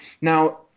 Now